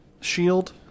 shield